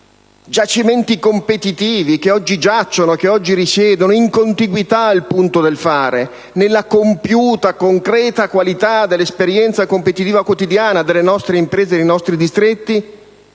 giacimenti competitivi che oggi giacciono e che oggi risiedono in contiguità al punto del fare nella compiuta, concreta qualità dell'esperienza competitiva quotidiana delle nostre imprese nei nostri distretti;